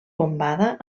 bombada